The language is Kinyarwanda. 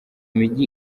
mijyi